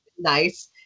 nice